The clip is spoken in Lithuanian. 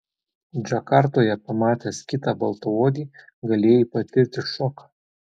džakartoje pamatęs kitą baltaodį galėjai patirti šoką